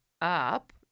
up